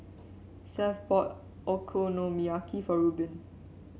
Seth bought Okonomiyaki for Rubin